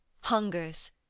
hungers